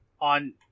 on